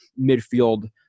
midfield